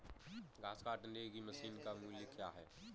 घास काटने की मशीन का मूल्य क्या है?